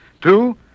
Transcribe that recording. Two